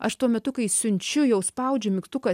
aš tuo metu kai siunčiu jau spaudžiu mygtuką